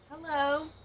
Hello